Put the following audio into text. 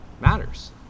matters